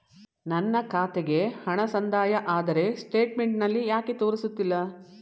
ನನ್ನ ಖಾತೆಗೆ ಹಣ ಸಂದಾಯ ಆದರೆ ಸ್ಟೇಟ್ಮೆಂಟ್ ನಲ್ಲಿ ಯಾಕೆ ತೋರಿಸುತ್ತಿಲ್ಲ?